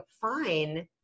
fine